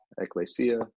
ecclesia